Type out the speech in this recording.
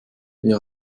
via